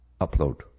upload